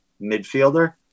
midfielder